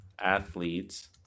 athletes